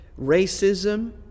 Racism